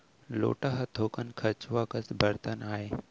लोटा ह थोकन खंचवा कस बरतन आय